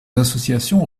associations